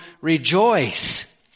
rejoice